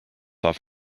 off